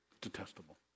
Detestable